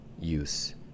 use